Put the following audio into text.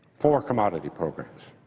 four commodity programs.